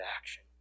action